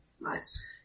Nice